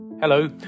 Hello